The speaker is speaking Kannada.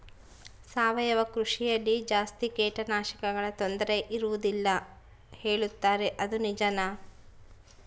ಸಾವಯವ ಕೃಷಿಯಲ್ಲಿ ಜಾಸ್ತಿ ಕೇಟನಾಶಕಗಳ ತೊಂದರೆ ಇರುವದಿಲ್ಲ ಹೇಳುತ್ತಾರೆ ಅದು ನಿಜಾನಾ?